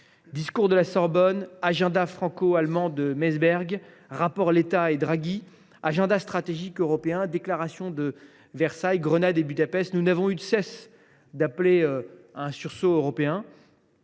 Discours de la Sorbonne, agenda franco allemand de Meseberg, rapports Letta et Draghi, agenda stratégique européen, déclarations de Versailles, Grenade et Budapest : nous n’avons eu de cesse d’appeler à un sursaut européen.